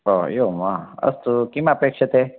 ओ एवं वा अस्तु किम् अपेक्षते